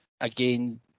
again